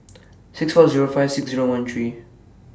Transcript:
six four Zero five six Zero one three